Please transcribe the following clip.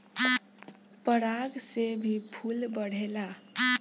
पराग से ही फूल बढ़ेला